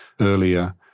earlier